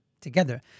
together